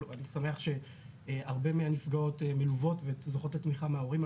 אני שמח שהרבה מהנפגעות מלוות וזוכות לתמיכה מההורים,